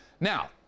Now